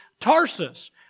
Tarsus